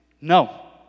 no